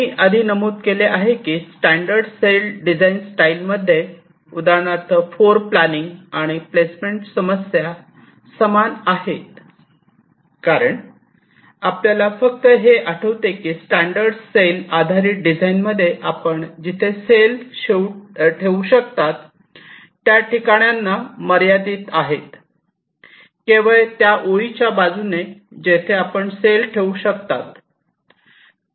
मी आधी नमूद केले आहे की स्टैंडर्ड सेल डिझाइन स्टाईल मध्ये उदाहरणार्थ फ्लोरप्लानिंग आणि प्लेसमेंट समस्या समान आहेत कारण आपल्याला फक्त हे आठवते की स्टॅंडर्ड सेल आधारित डिझाइनमध्ये आपण जिथे सेल ठेवू शकता त्या ठिकाणे मर्यादित आहेत केवळ त्या ओळीच्या बाजूने जेथे आपण सेल ठेवू शकता